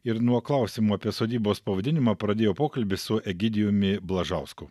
ir nuo klausimų apie sodybos pavadinimą pradėjo pokalbį su egidijumi blažausku